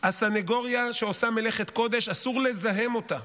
הסנגוריה, שעושה מלאכת קודש, אסור לזהם אותה